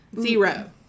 Zero